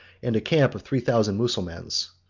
and a camp of three thousand mussulmans.